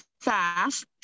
fast